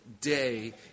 day